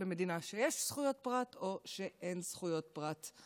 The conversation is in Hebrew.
במדינה שיש בה זכויות פרט או שאין בה זכויות פרט.